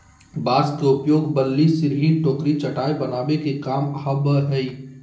बांस के उपयोग बल्ली, सिरही, टोकरी, चटाय बनावे के काम आवय हइ